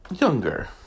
younger